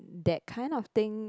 that kind of thing